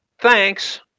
Thanks